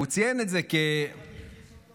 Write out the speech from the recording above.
הוא ציין את זה, מי הכניס אותו?